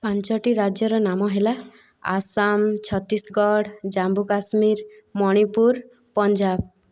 ପାଞ୍ଚଟି ରାଜ୍ୟର ନାମ ହେଲା ଆସାମ ଛତିଶଗଡ଼ ଜାମ୍ମୁକାଶ୍ମୀର ମଣିପୁର ପଞ୍ଜାବ